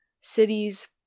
cities